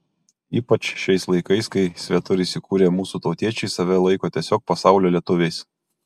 ypač šiais laikais kai svetur įsikūrę mūsų tautiečiai save laiko tiesiog pasaulio lietuviais